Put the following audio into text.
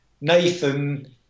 Nathan